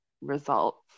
results